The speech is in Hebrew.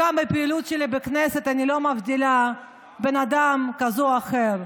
גם בפעילות שלי בכנסת אני לא מבדילה בין אדם כזה לאחר.